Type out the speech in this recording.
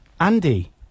Andy